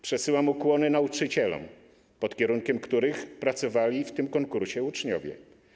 Przesyłam ukłony nauczycielom, pod kierunkiem których pracowali w tym konkursie uczniowie.